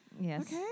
Yes